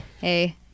Hey